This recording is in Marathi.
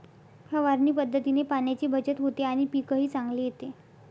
फवारणी पद्धतीने पाण्याची बचत होते आणि पीकही चांगले येते